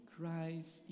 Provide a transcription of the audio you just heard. Christ